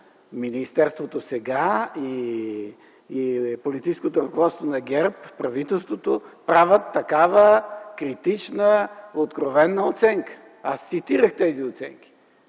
министерството сега и политическото ръководство на ГЕРБ, правителството, правят такава критична, откровена оценка? Аз цитирах тези оценки.